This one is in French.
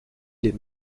les